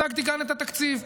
הצגתי כאן את התקציב.